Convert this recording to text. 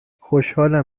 خوشحالم